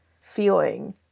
feeling